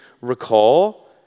recall